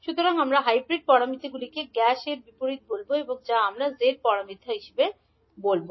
সুতরাং আমরা হাইব্রিড প্যারামিটারগুলিকে গ্যাস বিপরীত বলব বা আমরা সংক্ষেপে z প্যারামিটার হিসাবে বলব